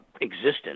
existence